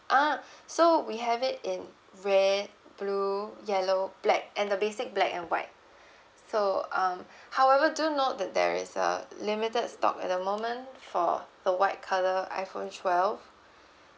ah so we have it in red blue yellow black and the basic black and white so um however do note that there is a limited stock at the moment for the white colour iPhone twelve